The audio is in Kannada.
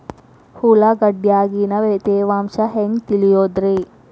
ಉಳ್ಳಾಗಡ್ಯಾಗಿನ ತೇವಾಂಶ ಹ್ಯಾಂಗ್ ತಿಳಿಯೋದ್ರೇ?